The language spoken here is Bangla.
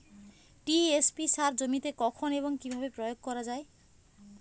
টি.এস.পি সার জমিতে কখন এবং কিভাবে প্রয়োগ করা য়ায়?